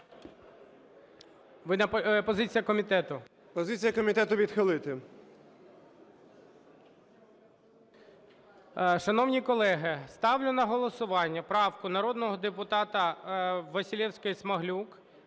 Позиція комітету: відхилити.